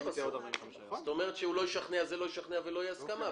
זאת אומרת שזה לא ישכנע את זה ואין הסכמה.